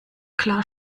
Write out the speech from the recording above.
klar